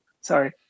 Sorry